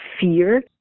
fear